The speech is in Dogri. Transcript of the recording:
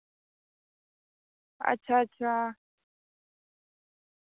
अच्छा अच्छा